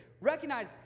Recognize